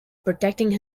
protecting